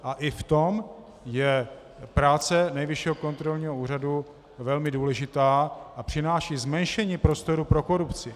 A i v tom je práce Nejvyššího kontrolního úřadu velmi důležitá a přináší zmenšení prostoru pro korupci.